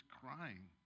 crying